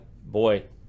boy